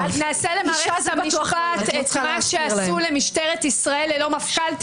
האם נעשה למערכת המשפט את מה שעשו למשטרת ישראל ללא מפכ"ל?